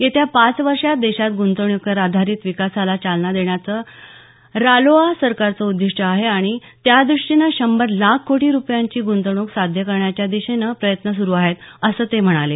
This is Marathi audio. येत्या पाच वर्षात देशात गुंतवणुकीवर आधारित विकासाला चालना देण्याचं रालोआ सरकारचं उद्दिष्ट आहे आणि त्यादृष्टीनं शंभर लाख कोटी रुपयांची गुंतवणूक साध्य करण्याच्या दिशेनं प्रयत्न सुरु आहेत असं ते म्हणाले